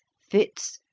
fits,